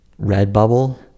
Redbubble